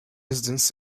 residents